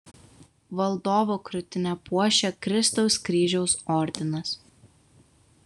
valdovo krūtinę puošia kristaus kryžiaus ordinas